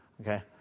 Okay